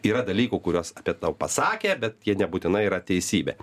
yra dalykų kuriuos apie tau pasakė bet jie nebūtinai yra teisybė